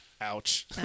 Ouch